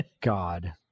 God